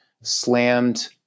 slammed